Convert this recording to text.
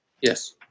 Yes